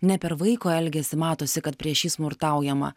ne per vaiko elgesį matosi kad prieš jį smurtaujama